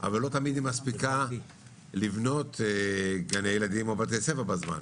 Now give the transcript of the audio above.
אבל לא תמיד היא מספיקה לבנות גני ילדים או בתי ספר בזמן.